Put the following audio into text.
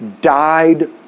died